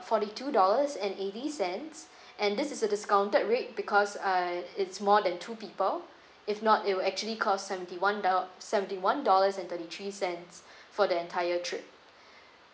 forty two dollars and eighty cents and this is a discounted rate because uh it's more than two people if not it will actually cost seventy one dol~ seventy one dollars and thirty three cents for the entire trip